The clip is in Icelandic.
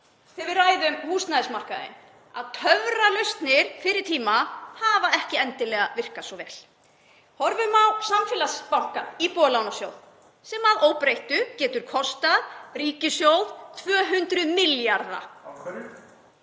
þegar við ræðum um húsnæðismarkaðinn að töfralausnir fyrri tíma hafa ekki endilega virkað svo vel. Horfum á samfélagsbankann Íbúðalánasjóð sem að óbreyttu getur kostað ríkissjóð 200 milljarða.